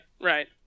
right